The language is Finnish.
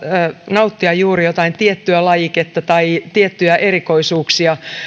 nauttia juuri jotain tiettyä lajiketta tai tiettyjä erikoisuuksia